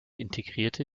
integrierte